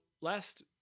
last